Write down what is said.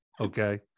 okay